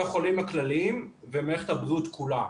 החולים הכלליים ומערכת הבריאות כולה.